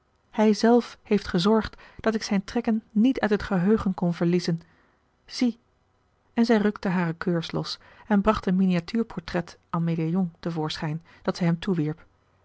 hij zelf heeft gezorgd dat ik zijne trekken niet uit het geheugen kon verliezen zie en zij rukte hare keurs los en bracht een miniatuur-portret en médaillon te voorschijn dat zij hem toewierp